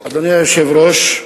אדוני היושב-ראש,